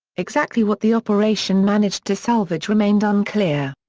exactly what the operation managed to salvage remained unclear.